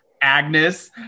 Agnes